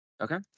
Okay